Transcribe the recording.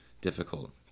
difficult